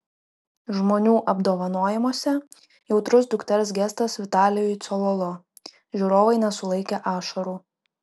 žmonių apdovanojimuose jautrus dukters gestas vitalijui cololo žiūrovai nesulaikė ašarų